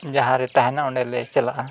ᱡᱟᱦᱟᱸ ᱨᱮ ᱛᱟᱦᱮᱱᱟ ᱚᱸᱰᱮ ᱞᱮ ᱪᱟᱞᱟᱜᱼᱟ